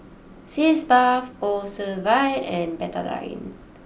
Sitz Bath Ocuvite and Betadine